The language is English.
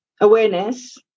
awareness